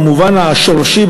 במובן השורשי,